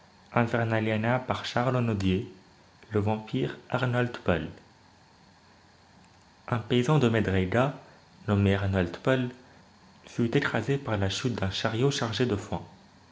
le vampire arnold paul un paysan de médreïga village de hongrie nommé arnold paul fut écrasé par la chute d'un chariot chargé de foin